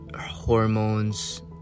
hormones